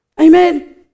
Amen